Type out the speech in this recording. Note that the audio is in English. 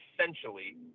essentially